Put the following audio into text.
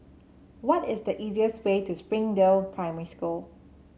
what is the easiest way to Springdale Primary School